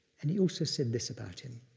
and he also said this about him.